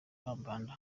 kambanda